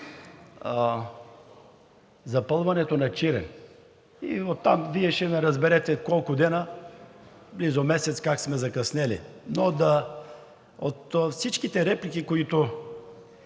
запълването на Чирен и оттам Вие ще разберете колко дни, близо месец как сме закъснели. Но от всичките реплики, които